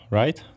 right